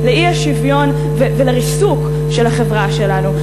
לאי-שוויון ולריסוק של החברה שלנו.